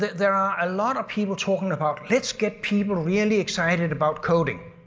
there are a lot of people talking about let's get people really excited about coding.